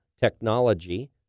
technology